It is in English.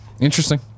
interesting